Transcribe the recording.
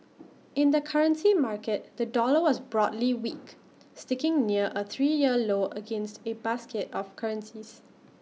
in the currency market the dollar was broadly weak sticking near A three year low against A basket of currencies